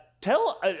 tell